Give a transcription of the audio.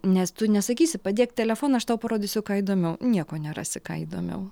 nes tu nesakysi padėk telefoną aš tau parodysiu ką įdomiau nieko nerasi ką įdomiau